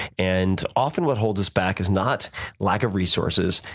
and, often, what holds us back is not lack of resources,